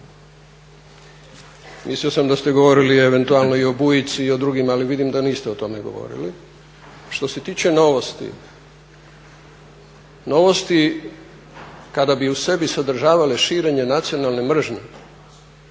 Mislio sam da ste govorili eventualno i o Bujici i o drugim, ali vidim da niste o tome govorili. Što se tiče Novosti, Novosti kada bi sadržavale u sebi širenje nacionalne mržnje